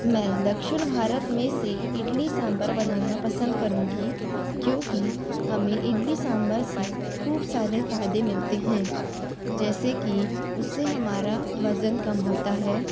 मैं दक्षिण भारत में से इडली सांभर बनाना पसंद करूंगी क्योंकि हमें इडली सांभर से खूब सारे फ़ायदे मिलते है जैसे कि उससे हमारा वज़न कम होता है